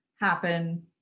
happen